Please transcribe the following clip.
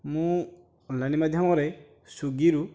ମୁଁ ଅନଲାଇନ୍ ମାଧ୍ୟମରେ ସ୍ଵିଗିରୁ